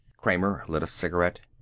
kramer lit a cigarette.